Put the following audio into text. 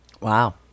Wow